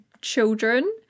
children